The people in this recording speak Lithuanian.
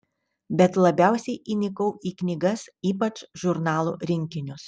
bet labiausiai įnikau į knygas ypač žurnalų rinkinius